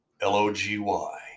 L-O-G-Y